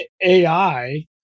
ai